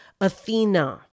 Athena